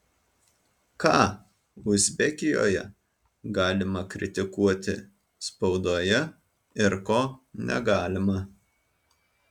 ką uzbekijoje galima kritikuoti spaudoje ir ko negalima